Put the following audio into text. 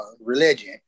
religion